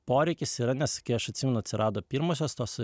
poreikis yra nes kai aš atsimenu atsirado pirmosios tos